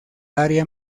área